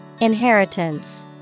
Inheritance